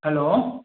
hello